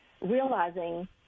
realizing